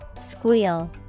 Squeal